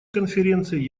конференции